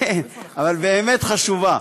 כן, אבל באמת חשובה.